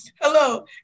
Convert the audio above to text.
Hello